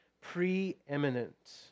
preeminent